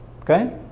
okay